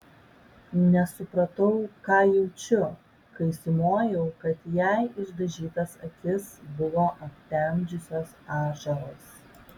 nesupratau ką jaučiu kai sumojau kad jai išdažytas akis buvo aptemdžiusios ašaros